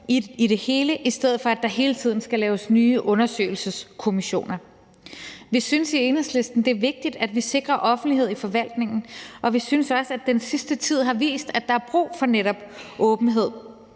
i det hele, i stedet for at der hele tiden skal laves nye undersøgelseskommissioner. Vi synes i Enhedslisten, det er vigtigt, at vi sikrer offentlighed i forvaltningen. Vi synes også, at den sidste tid har vist, at der er brug for netop åbenhed